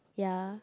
ya